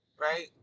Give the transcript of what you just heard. right